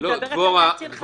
אני מדברת על הצלת חיים.